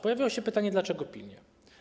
Pojawiło się pytanie, dlaczego pilnie.